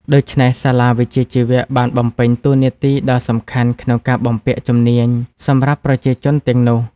ដូច្នេះ សាលាវិជ្ជាជីវៈបានបំពេញតួនាទីដ៏សំខាន់ក្នុងការបំពាក់ជំនាញសម្រាប់ប្រជាជនទាំងនោះ។